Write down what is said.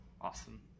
awesome